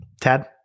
Tad